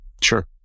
Sure